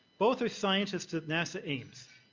both are scientist at nasa ames.